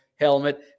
helmet